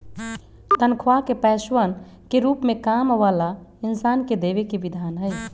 तन्ख्वाह के पैसवन के रूप में काम वाला इन्सान के देवे के विधान हई